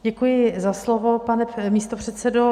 Děkuji za slovo, pane místopředsedo.